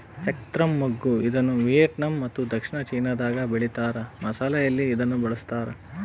ಚಕ್ತ್ರ ಮಗ್ಗು ಇದನ್ನುವಿಯೆಟ್ನಾಮ್ ಮತ್ತು ದಕ್ಷಿಣ ಚೀನಾದಾಗ ಬೆಳೀತಾರ ಮಸಾಲೆಯಲ್ಲಿ ಇದನ್ನು ಬಳಸ್ತಾರ